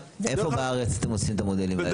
איפה בארץ אתם עושים את המודלים האלו?